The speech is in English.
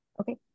Okay